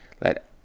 let